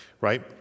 Right